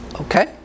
Okay